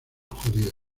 judíos